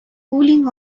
cooling